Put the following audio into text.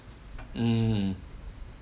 mm